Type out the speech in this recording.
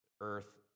earth